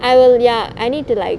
I will ya I need to like